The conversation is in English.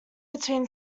between